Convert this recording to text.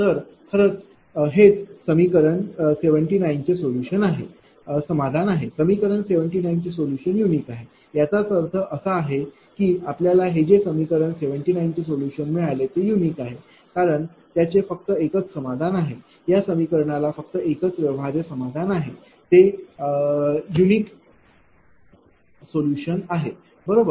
तर खरंतर हेच समीकरण 79 चे सोल्युशन आहे समाधान आहे समीकरण 79 चे सोल्युशन यूनीक आहे याचा अर्थ असा की आपल्याला हे जे काही समीकरण 79 चे सोल्युशन मिळाले ते यूनीक आहे कारण त्याचे फक्त एकच समाधान आहे या समीकरणाला फक्त एकच व्यवहार्य समाधान आहे ते यूनीक सोल्युशन आहे बरोबर